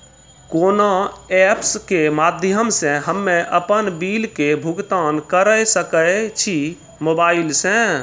कोना ऐप्स के माध्यम से हम्मे अपन बिल के भुगतान करऽ सके छी मोबाइल से?